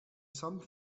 some